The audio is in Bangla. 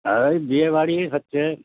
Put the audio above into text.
ওই বিয়েবাড়ি হচ্ছে